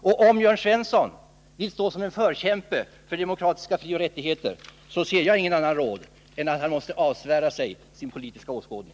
Om Jörn Svensson vill stå som förkämpe för demokratiska frioch rättigheter, ser jag ingen annan råd än att han måste avsvära sig sin politiska åskådning.